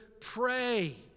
pray